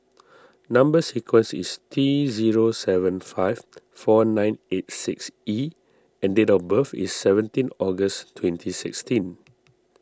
Number Sequence is T zero seven five four nine eight six E and date of birth is seventeen August twenty sixteen